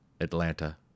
Atlanta